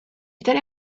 tale